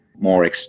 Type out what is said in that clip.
more